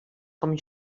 com